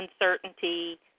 uncertainty